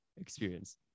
experience